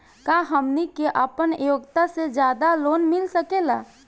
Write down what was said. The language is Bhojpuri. का हमनी के आपन योग्यता से ज्यादा लोन मिल सकेला?